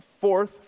fourth